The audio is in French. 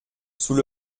sous